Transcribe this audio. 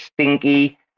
Stinky